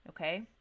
Okay